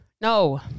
No